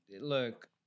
Look